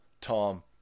Tom